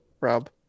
Rob